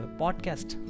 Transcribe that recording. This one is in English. podcast